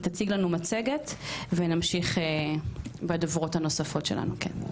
היא תציג לנו מצגת ונמשיך בדוברות הנוספות שלנו.